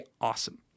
awesome